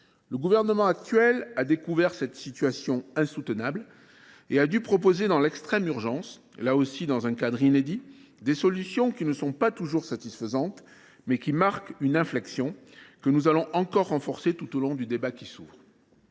Le gouvernement actuel a découvert cette situation insoutenable et a dû proposer, dans l’extrême urgence, et dans un cadre inédit, des solutions qui ne sont pas toujours satisfaisantes, mais qui marquent une inflexion que nous allons encore renforcer tout au long du débat qui s’ouvre,